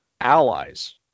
allies